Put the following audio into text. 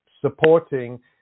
supporting